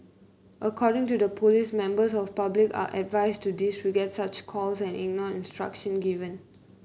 according to the police members of public are advised to disregard such calls and ignore the instruction given